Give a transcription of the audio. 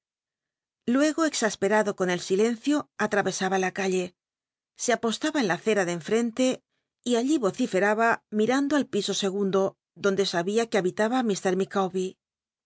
exaspe rado con el silencio atra csaba la calle se apostaba en la c ra de enfrente y allí o i femba mirando al piso segundo donde sabia que habitaba